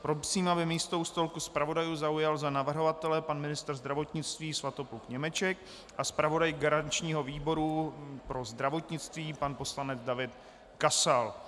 Prosím, aby místo u stolku zpravodajů zaujal za navrhovatele pan ministr zdravotnictví Svatopluk Němeček a zpravodaj garančního výboru pro zdravotnictví pan poslanec David Kasal.